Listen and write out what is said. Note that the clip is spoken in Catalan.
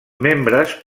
membres